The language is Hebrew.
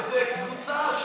איזו קבוצה,